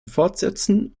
fortsetzen